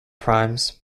primes